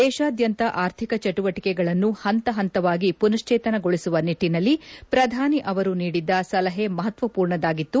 ದೇಶಾದ್ಯಂತ ಆರ್ಥಿಕ ಚಟುವಟಿಕೆಗಳನ್ನು ಪಂತ ಪಂತವಾಗಿ ಮನಶ್ವೇತನಗೊಳಿಸುವ ನಿಟ್ಟನಲ್ಲಿ ಪ್ರಧಾನಿ ಅವರು ನೀಡಿದ್ದ ಸಲಹೆ ಮಹತ್ವರ್ಮಾರ್ಣದ್ದಾಗಿತ್ತು